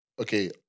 Okay